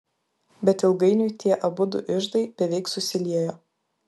bet ilgainiui tie abudu iždai beveik susiliejo